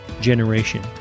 generation